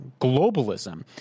globalism